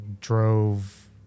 drove